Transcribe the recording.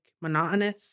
monotonous